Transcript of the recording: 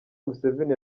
museveni